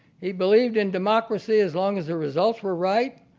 he believed in democracy, as long as the results were right.